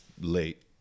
late